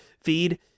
feed